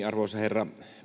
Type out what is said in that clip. arvoisa herra